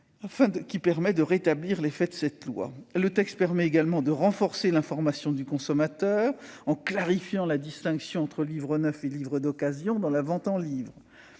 texte est de rétablir l'effet de cette loi. La proposition de loi permet également de renforcer l'information du consommateur en clarifiant la distinction entre livres neufs et livres d'occasion dans la vente en ligne.